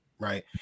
Right